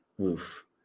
oof